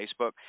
Facebook